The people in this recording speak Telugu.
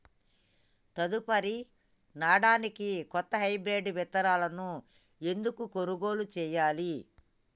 తదుపరి నాడనికి కొత్త హైబ్రిడ్ విత్తనాలను ఎందుకు కొనుగోలు చెయ్యాలి?